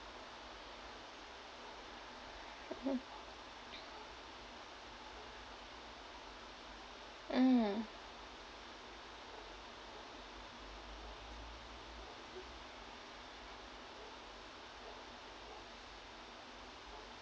mmhmm mm